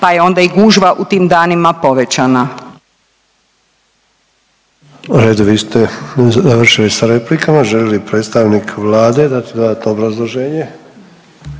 pa je onda i gužva u tim danima povećana.